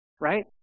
Right